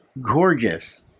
gorgeous